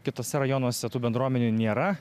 kituose rajonuose tų bendruomenių nėra